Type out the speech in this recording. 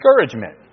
discouragement